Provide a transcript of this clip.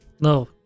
No